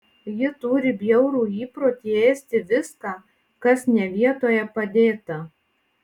ji turi bjaurų įprotį ėsti viską kas ne vietoje padėta